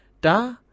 Da